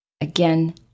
again